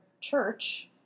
church